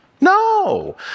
No